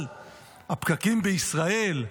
אבל הפקקים בישראל,